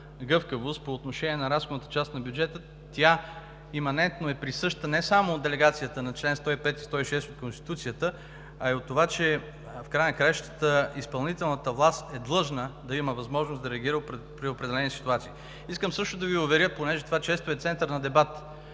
гъвкавост по отношение разходната част на бюджета. Тя иманентно е присъща не само от делегацията на чл. 105 и чл. 106 от Конституцията, а и от това, че в края на краищата изпълнителната власт е длъжна да има възможност да реагира при определени ситуации. Искам също да Ви уверя, понеже това често е център на дебат,